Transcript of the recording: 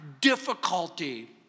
difficulty